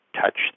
touch